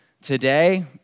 Today